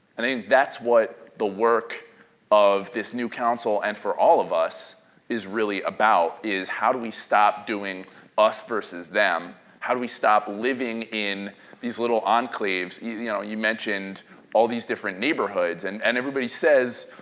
and i mean that's what the work of this new council, and for all of us is really about, is how do we stop doing us versus them. how do we stop living in these little enclaves? you you know, you mentioned all these different neighborhoods and and everybody says,